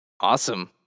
Awesome